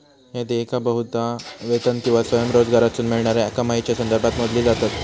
ह्या देयका बहुधा वेतन किंवा स्वयंरोजगारातसून मिळणाऱ्या कमाईच्यो संदर्भात मोजली जातत